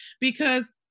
because-